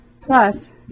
plus